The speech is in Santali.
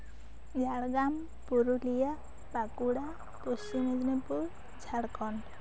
ᱡᱷᱟᱲᱜᱨᱟᱢ ᱯᱩᱨᱩᱞᱤᱭᱟᱹ ᱵᱟᱸᱠᱩᱲᱟ ᱯᱚᱥᱪᱤᱢ ᱢᱮᱫᱽᱱᱤᱯᱩᱨ ᱡᱷᱟᱲᱠᱷᱚᱸᱰ